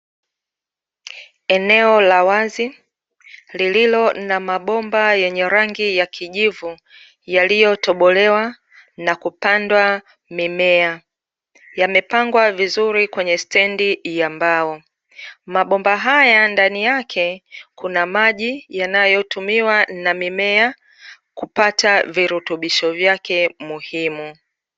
Eneo la wazi lililo na mabomba yenye rangi ya kijivu yaliyotobolewa na kupandwa mimea. Yamepangwa vizuri kwenye standi ya mbao. Mabomba haya ndani yake kuna maji yanayotumiwa na mimea kupata virutubisho vyake muhimu.